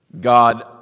God